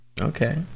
Okay